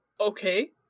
okay